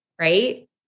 right